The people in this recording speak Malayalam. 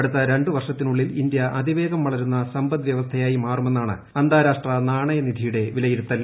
അടുത്ത രണ്ട് വർഷത്തിനുള്ളിൽ ഇന്ത്യ അതിവേഗം വളരുന്ന സമ്പദ്വ്യവസ്ഥയായി മാറുമെന്നാണ് അന്താരാഷ്ട്ര നാണയനിധിയുടെ വിലയിരുത്തൽ